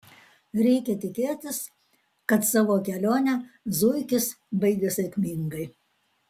reikia tikėtis kad savo kelionę zuikis baigė sėkmingai